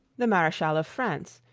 the mareschal of france,